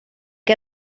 que